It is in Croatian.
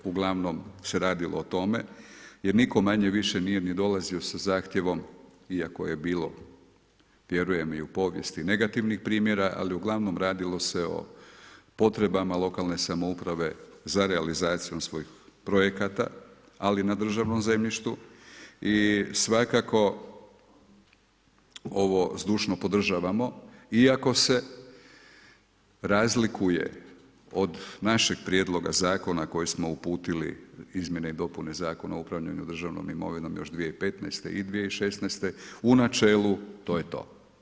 Uglavnom se radilo o tome jer nitko manje-više nije ni dolazio sa zahtjevom, iako je bilo vjerujem i u povijesti negativnih primjera, ali uglavnom radilo se o potrebama lokalne samouprave za realizacijom svojih projekata ali na državnom zemljištu i svakako ovo zdušno podržavamo iako se razlikuje od našeg prijedloga zakona koji smo uputili izmjene i dopune Zakona o upravljanju državnom imovinom još 2015.i 2016. u načelu, to je to.